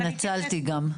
אני גם התנצלתי.